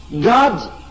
God